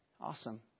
Awesome